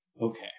okay